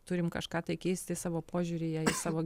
turim kažką tai keisti savo požiūryje į savo